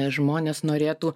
žmonės norėtų